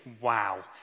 wow